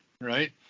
right